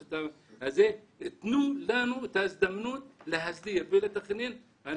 תנו לנו את ההזדמנות להסדיר ולתכנן.